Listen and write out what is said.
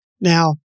Now